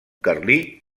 carlí